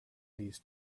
these